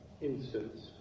instance